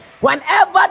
whenever